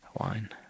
wine